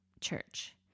church